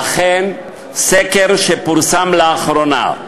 ואכן, לפי סקר שפורסם לאחרונה: